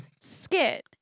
skit